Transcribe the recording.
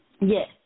Yes